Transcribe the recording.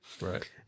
Right